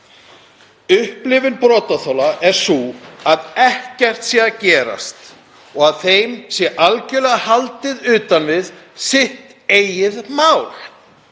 Upplifun brotaþola er sú að ekkert sé að gerast og að þeim sé algerlega haldið utan við eigið mál.